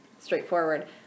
straightforward